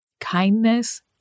Kindness